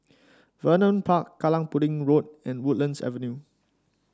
Vernon Park Kallang Pudding Road and Woodlands Avenue